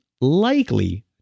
likely